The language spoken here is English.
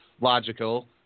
logical